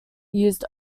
used